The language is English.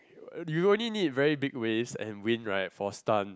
you only need very bug waves and wind right for stunts